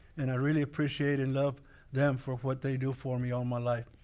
and i really appreciate and love them for what they do for me all my life.